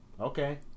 okay